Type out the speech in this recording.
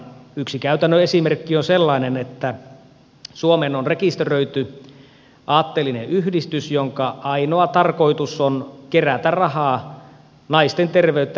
yksi käytännön esimerkki on sellainen että suomeen on rekisteröity aatteellinen yhdistys jonka ainoa tarkoitus on kerätä rahaa naisten terveyttä edistävään tutkimukseen